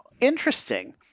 interesting